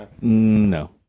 No